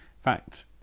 fact